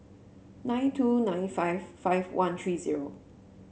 nine two nine five five one three zero